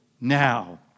now